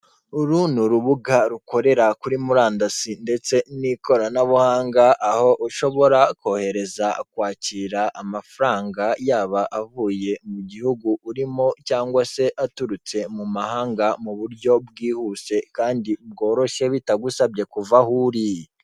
Uru ni rubuga rukorera kuri murandasi ndetse n'ikoranabuhanga aho ushobora kohereza, kwakira amafaranga yaba avuye mu gihugu urimo cyangwa se aturutse mu mahanga, mu buryo bwihuse kandi bworoshye bitagusabye kuva aho uri.